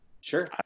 sure